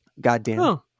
Goddamn